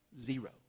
Zero